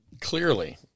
Clearly